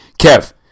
kev